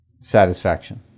satisfaction